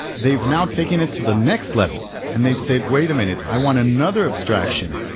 they've now taken it to the next level and they've said, wait a minute, i want another abstraction.